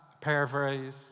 paraphrase